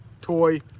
Toy